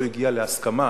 אף-על-פי שלא הגיע להסכמה,